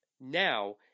now